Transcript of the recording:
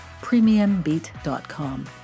premiumbeat.com